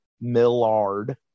Millard